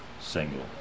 single